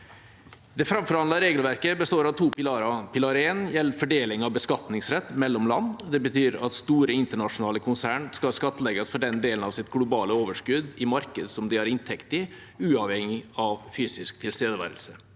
Det framforhandlede regelverket består av to pilarer: Pilar 1 gjelder fordeling av beskatningsrett mellom land. Det betyr at store internasjonale konsern skal skattlegges for en del av sitt globale overskudd i marked de har inntekt i, uavhengig av fysisk tilstedeværelse.